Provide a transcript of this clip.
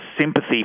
sympathy